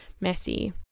messy